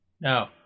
No